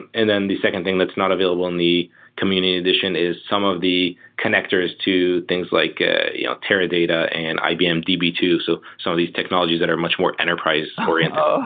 and then the second thing that's not available on the community edition is some of the connectors to things like ah yeah teradata and ibm d b two, so some of these technologies that are much more enterprise oriented.